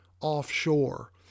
offshore